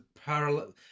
parallel